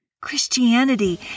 Christianity